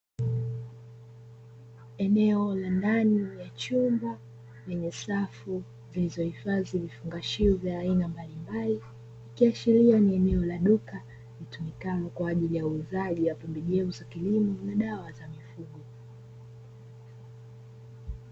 Eneo ya ndani ya chumba yenye safu zilizohifadhi vifungashio vya aina mbalimbali, ikiashiria ni eneo la duka litumikalo kwa ajili ya uuzaji wa pembejeo za kilimo na dawa za mifugo.